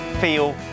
feel